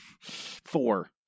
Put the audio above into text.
four